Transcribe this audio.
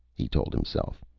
he told himself.